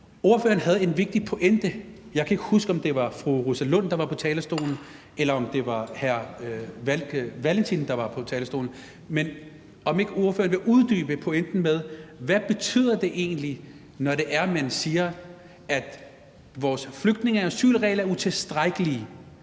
Ordføreren havde en vigtig pointe. Jeg kan ikke huske, om det var fru Rosa Lund, der var på talerstolen, eller om det var hr. Carl Valentin, der var på talerstolen, men jeg vil høre, om ikke ordføreren vil uddybe pointen med, hvad det egentlig betyder, når det er, man siger, at vores flygtninge- og asylregler er utilstrækkelige,